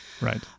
Right